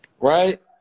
right